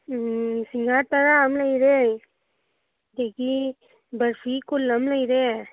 ꯎꯝ ꯁꯤꯡꯍꯥꯔ ꯇꯔꯥ ꯑꯃ ꯂꯩꯔꯦ ꯑꯗꯒꯤ ꯕꯔꯐꯤ ꯀꯨꯟ ꯑꯃ ꯂꯩꯔꯦ